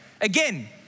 again